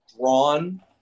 drawn